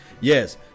Yes